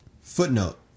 Footnote